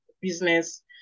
business